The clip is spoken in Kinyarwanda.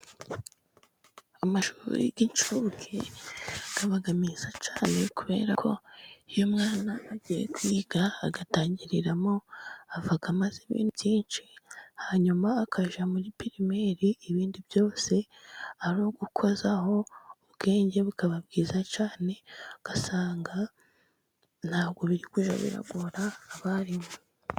Amashuri y'inshuke aba meza cyane, kubera ko iyo umwana agiye kwiga agatangiriramo, avamo azi ibintu byinshi, hanyuma akajya muri pirimeri, ibindi byose ari ugukozaho, ubwenge bukaba bwiza cyane, ugasanga nta bwo biri kujya bigora abarimu.